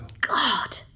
God